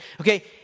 Okay